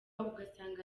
ugasanga